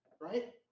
right